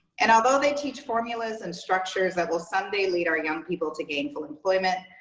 and although they teach formulas and structures that will some day lead our young people to gainful employment,